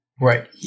Right